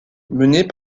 menées